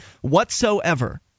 whatsoever